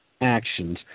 actions